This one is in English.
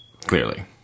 clearly